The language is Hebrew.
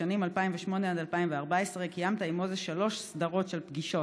בשנים 2008 2014 קיימת עם מוזס שלוש סדרות של פגישות,